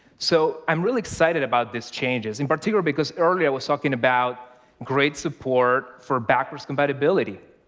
so i'm really excited about these changes, in particular because earlier i was talking about great support for backwards compatibility.